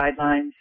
guidelines